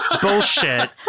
Bullshit